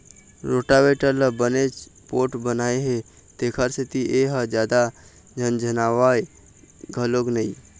rotavator ल बनेच पोठ बनाए हे तेखर सेती ए ह जादा झनझनावय घलोक नई